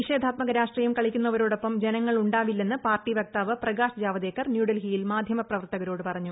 നിഷേധാത്മക രാഷ്ട്രീയം കളിക്കുന്നവരോടൊപ്പം ജനങ്ങൾ ഉണ്ടാവില്ലെന്ന് പാർട്ടി വക്താവ് പ്രകാശ് ജാവദേക്കർ ന്യൂഡൽഹിയിൽ മാധ്യമ പ്രവർത്തകരോട് പറഞ്ഞു